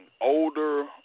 older